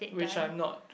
which I'm not